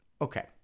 okay